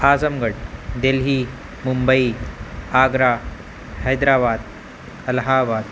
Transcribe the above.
اعظم گڑھ دلہی ممبئی آگرہ حیدرآباد الہ آباد